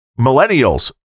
millennials